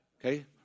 Okay